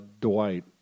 Dwight